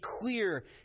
clear